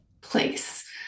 place